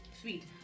Sweet